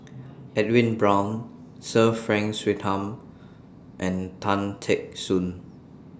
Edwin Brown Sir Frank Swettenham and Tan Teck Soon